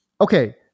Okay